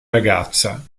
ragazza